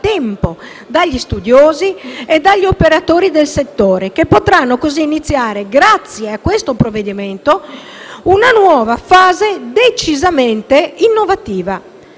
da tempo dagli studiosi e dagli operatori del settore, che potranno così iniziare, grazie a questo provvedimento, una nuova fase decisamente innovativa.